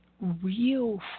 real